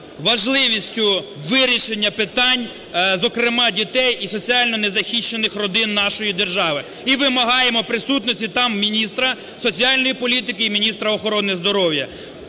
важливістю вирішення питань, зокрема, дітей і соціально не захищених родин нашої держави, і вимагаємо присутності там міністра соціальної політики, і міністра охорони здоров'я.